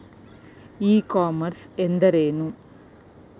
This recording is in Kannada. ಇ ಕಾಮರ್ಸ್ ಎಂದರೇನು?